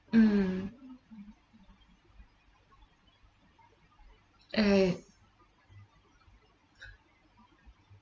mm err